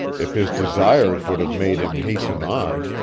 if his desires would have made him hasten on,